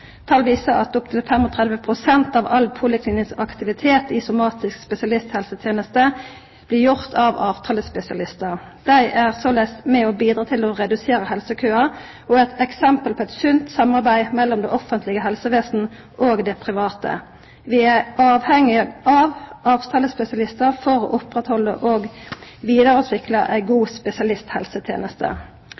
Tal viser at opptil 35 pst. av all poliklinisk aktivitet i somatisk spesialisthelseteneste blir gjort av avtalespesialistar. Dei er såleis med og bidreg til å redusera helsekøar og er eit eksempel på eit sunt samarbeid mellom det offentlege helsevesenet og det private. Vi er avhengige av avtalespesialistar for å halda ved lag og vidareutvikla ei god spesialisthelseteneste.